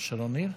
שרון ניר,